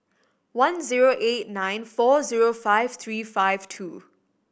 one zero eight nine four zero five three five two